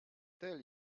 tell